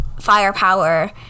firepower